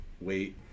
wait